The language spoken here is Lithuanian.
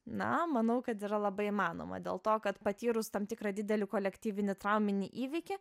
na manau kad yra labai įmanoma dėl to kad patyrus tam tikrą didelį kolektyvinį trauminį įvykį